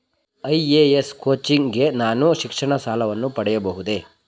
IAS coaching ಗೆ ನಾನು ಶಿಕ್ಷಣ ಸಾಲವನ್ನು ಪಡೆಯಬಹುದೇ?